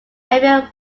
heavier